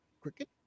Cricket